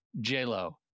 J-Lo